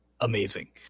amazing